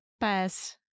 pass